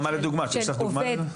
יש לך דוגמה לזה?